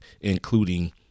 including